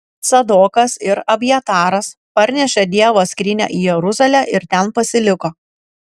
cadokas ir abjataras parnešė dievo skrynią į jeruzalę ir ten pasiliko